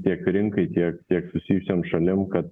tiek rinkai tiek tiek susijusiom šalim kad